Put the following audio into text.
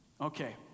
Okay